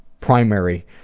primary